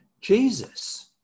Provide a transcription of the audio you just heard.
Jesus